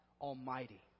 Almighty